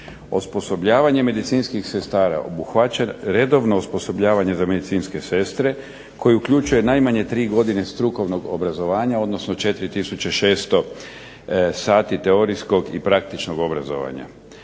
osposobljavanje medicinskih sestara obuhvaća redovno osposobljavanje za medicinske sestre koje uključuje najmanje 3 godine strukovnog obrazovanja, odnosno 4 600 sati teorijskog i praktičnog obrazovanja.